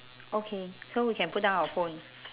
okay so we can put down our phone